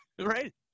Right